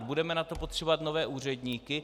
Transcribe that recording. Budeme na to potřebovat nové úředníky?